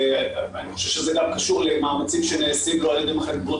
אני חושב שזה גם קשור למאמצים שנעשים לא על ידי מחלקת בריאות